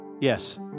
Yes